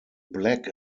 black